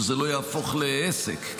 שזה לא יהפוך לעסק.